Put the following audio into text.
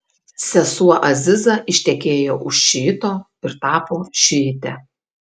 sesuo aziza ištekėjo už šiito ir tapo šiite